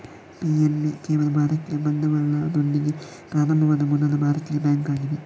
PNB ಕೇವಲ ಭಾರತೀಯ ಬಂಡವಾಳದೊಂದಿಗೆ ಪ್ರಾರಂಭವಾದ ಮೊದಲ ಭಾರತೀಯ ಬ್ಯಾಂಕ್ ಆಗಿದೆ